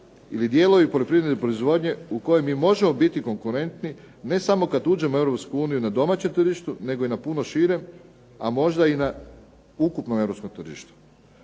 ili dijelovi poljoprivredne proizvodnje u kojima mi možemo biti konkurentni ne samo kada uđemo u Europsku uniju na domaćem tržištu nego i na puno širem a možda i na ukupnom Europskom tržištu.